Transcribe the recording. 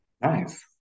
nice